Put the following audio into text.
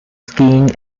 skiing